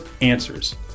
answers